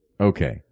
Okay